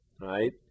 right